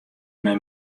nei